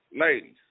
ladies